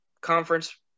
conference